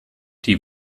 die